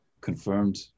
Confirmed